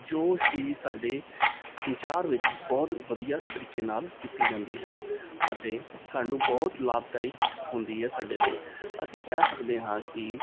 ਜੋ ਕਿ ਸਾਡੇ ਸੰਚਾਰ ਵਿੱਚ ਬਹੁਤ ਵਧੀਆ ਤਰੀਕੇ ਨਾਲ ਕੀਤੀ ਜਾਂਦੀ ਹੈ ਅਤੇ ਸਾਨੂੰ ਬਹੁਤ ਲਾਭਦਾਇਕ ਹੁੰਦੀ ਹੈ ਸਾਡੇ ਲਈ ਅਸੀਂ ਕਹਿ ਸਕਦੇ ਹਾਂ ਕਿ